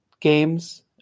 games